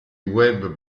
web